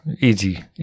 easy